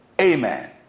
Amen